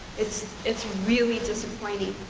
it's it's really disappointing,